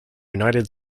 united